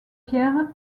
pierre